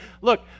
look